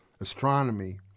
astronomy